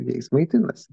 jais maitinasi